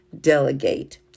Delegate